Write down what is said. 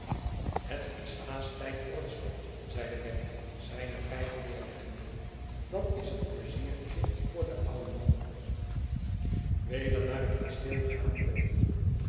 het is haast tijd voor hetschot zeide wemmick zijnepijp neerleggende dat is een pleiziertje voor den ouden man weder naar het kasteel gaande